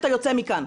אתה יוצא מכאן.